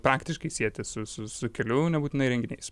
praktiškai sieti su su su keliu nebūtinai renginiais